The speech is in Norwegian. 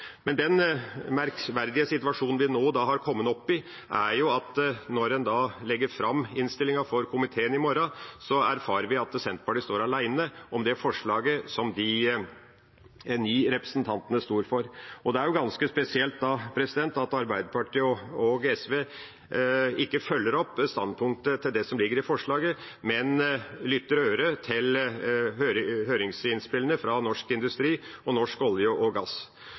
Men den merkverdige situasjonen vi nå har kommet opp i, er at når en da legger fram innstillinga for komiteen i morgen, erfarer vi at Senterpartiet står alene om forslaget som de ni representantene står for. Det er ganske spesielt at Arbeiderpartiet og SV ikke følger opp standpunktet som ligger i forslaget, men lytter til høringsinnspillene fra Norsk Industri og Norsk olje og gass.